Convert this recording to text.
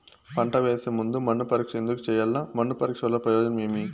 పంట వేసే ముందు మన్ను పరీక్ష ఎందుకు చేయాలి? మన్ను పరీక్ష వల్ల ప్రయోజనం ఏమి?